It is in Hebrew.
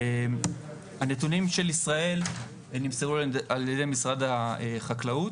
הנתונים של ישראל הם נמסרו על-ידי משרד החקלאות,